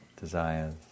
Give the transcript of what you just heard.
Desires